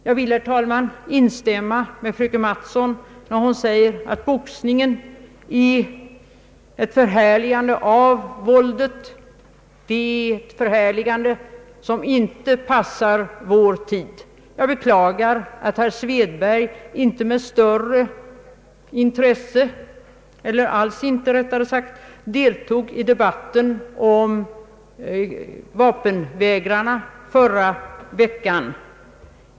Jag vill, herr talman, instämma med fröken Mattson, när hon säger att boxningen är ett förhärligande av våldet — ett förhärligande som inte passar vår tid. Jag beklagar samtidigt att herr Svedberg inte deltog i förra veckans debatt om vapenvägrarna.